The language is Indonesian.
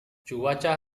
cuaca